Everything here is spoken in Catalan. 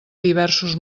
diversos